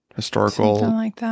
Historical